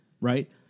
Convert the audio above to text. Right